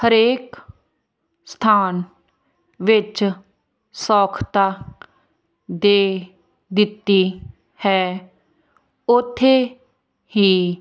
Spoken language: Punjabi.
ਹਰੇਕ ਸਥਾਨ ਵਿੱਚ ਸੌਖਤਾ ਦੇ ਦਿੱਤੀ ਹੈ ਉੱਥੇ ਹੀ